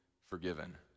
forgiven